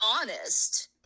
honest